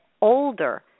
older